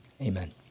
Amen